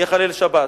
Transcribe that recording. יחלל שבת.